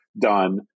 done